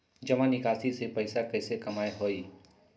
जमा निकासी से पैसा कईसे कमाई होई?